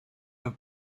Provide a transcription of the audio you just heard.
for